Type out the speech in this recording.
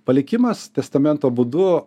palikimas testamento būdu